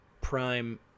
prime